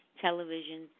television